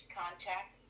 contact